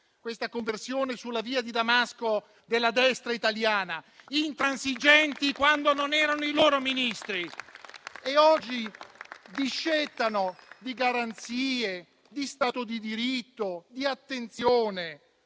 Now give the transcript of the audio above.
questa conversione sulla via di Damasco della destra italiana. Intransigenti quando non erano i loro Ministri, oggi discettano di garanzie, di Stato di diritto, di attenzione: